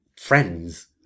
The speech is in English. Friends